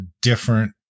different